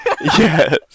Yes